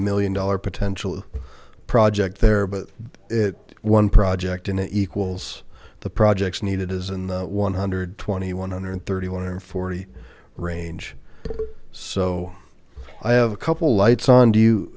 million dollar potential project there but it one project and it equals the projects needed is in the one hundred and twenty one hundred and thirty one hundred and forty range so i have a couple lights on do you